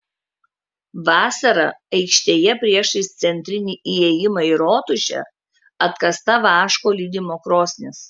vasarą aikštėje priešais centrinį įėjimą į rotušę atkasta vaško lydymo krosnis